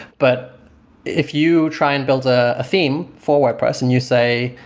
but if you try and build a theme for wordpress and you say,